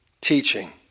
teaching